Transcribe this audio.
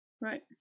Right